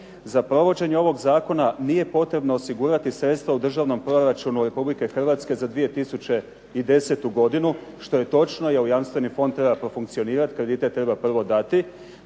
"Za provođenje ovog zakona nije potrebno osigurati sredstva u Državnom proračunu Republike Hrvatske za 2010. godinu", što je točno jer jamstveni fond treba profunkcionirati, kredite prvo treba dati